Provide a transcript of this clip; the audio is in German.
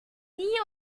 nie